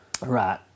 Right